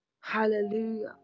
hallelujah